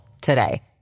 today